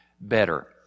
better